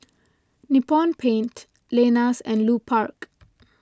Nippon Paint Lenas and Lupark